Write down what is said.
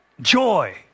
joy